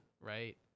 right